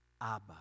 Abba